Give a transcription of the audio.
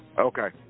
Okay